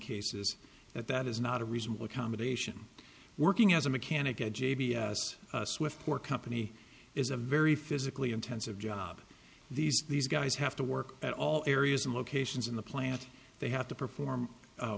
cases that that is not a reasonable accommodation working as a mechanic ajay vs swift for company is a very physically intensive job these these guys have to work at all areas and locations in the plant they have to perform